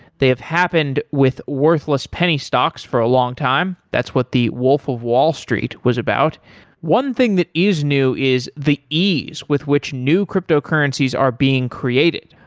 they have happened with worthless penny stocks for a long time. that's what the wolf of wall street was about one thing that is new is the ease with which new cryptocurrencies are being created.